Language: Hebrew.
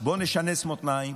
בואו נשנס מותניים,